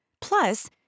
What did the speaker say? Plus